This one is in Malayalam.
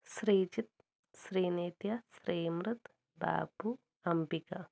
ശ്രീജിത്ത് ശ്രീനേത്യ ശ്രീമൃത് ബാബു അംബിക